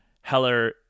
Heller